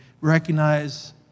recognize